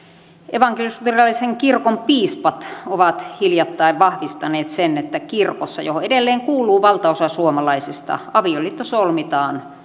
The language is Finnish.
evankelisluterilaisen kirkon piispat ovat hiljattain vahvistaneet sen että kirkossa johon edelleen kuuluu valtaosa suomalaisista avioliitto solmitaan